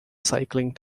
cycling